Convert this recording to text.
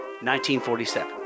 1947